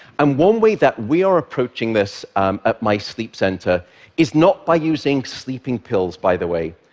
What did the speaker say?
and one way that we are approaching this at my sleep center is not by using sleeping pills, by the way.